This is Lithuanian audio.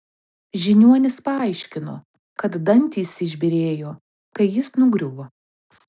žiniuonis paaiškino kad dantys išbyrėjo kai jis nugriuvo